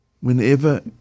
whenever